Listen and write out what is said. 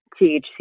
THC